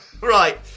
Right